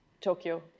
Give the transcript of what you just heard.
Tokyo